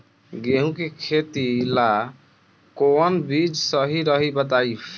गेहूं के खेती ला कोवन बीज सही रही बताई?